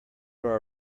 our